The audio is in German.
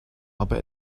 aber